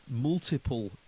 multiple